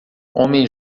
homem